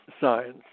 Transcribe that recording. science